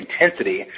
intensity